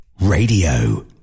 radio